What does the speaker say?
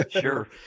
Sure